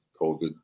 COVID